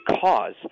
cause